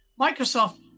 Microsoft